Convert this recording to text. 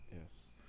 Yes